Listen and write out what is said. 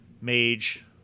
Mage